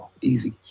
easy